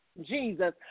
Jesus